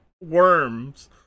worms